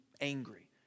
angry